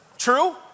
True